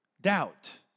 Doubt